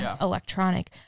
electronic